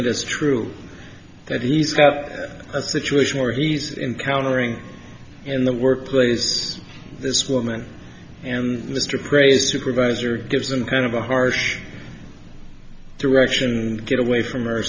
it is true that he's got a situation where he's in countering in the workplace this woman and mr gray's supervisor gives him kind of a harsh direction get away from